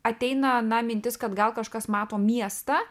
ateina na mintis kad gal kažkas mato miestą